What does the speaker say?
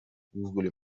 گوگول